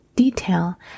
detail